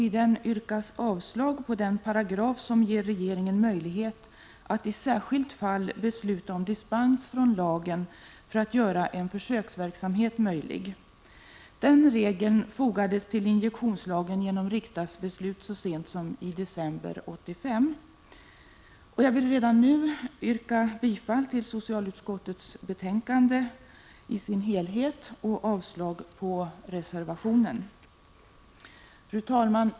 I den yrkas avslag på den paragraf som ger regeringen möjlighet att i särskilt fall besluta om dispens från lagen för att göra en försöksverksamhet möjlig. Denna regel fogades till injektionslagen genom riksdagsbeslut så sent som i december 1985. Jag vill redan nu yrka bifall till socialutskottets betänkande i dess helhet och avslag på reservationen. Fru talman!